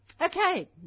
Okay